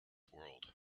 world